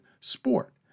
sport